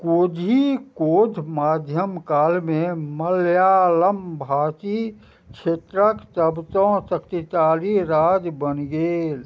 कोधी कोध मध्यमकालमे मल्यालमभाति क्षेत्रक तबतौ शक्तिशाली राज्य बनि गेल